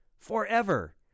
Forever